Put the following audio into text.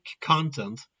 content